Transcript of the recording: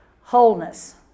wholeness